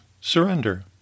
surrender